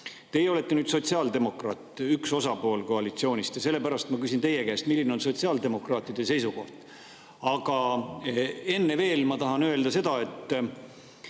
Teie olete sotsiaaldemokraat, üks osapool koalitsioonist ja sellepärast ma küsin teie käest, milline on sotsiaaldemokraatide seisukoht. Aga enne veel ma tahan öelda seda, et